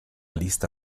lista